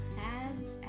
hands